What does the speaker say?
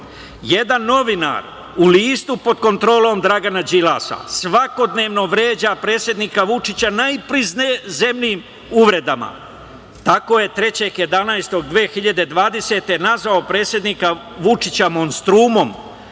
jedan novinar u listu pod kontrolom Dragana Đilasa svakodnevno vređa predsednika Vučića najprizemnijim uvredama. Tako je 3.11.2020. nazvao predsednika Vučića monstrumom,